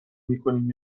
میکنیم